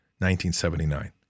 1979